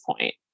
point